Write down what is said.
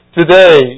Today